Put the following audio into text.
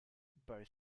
both